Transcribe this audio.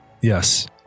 Yes